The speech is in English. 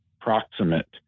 proximate